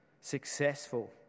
successful